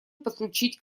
подключить